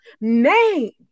name